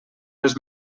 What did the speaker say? les